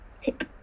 tip